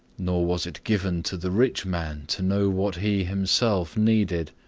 nor was it given to the rich man to know what he himself needed.